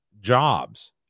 jobs